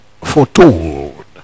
foretold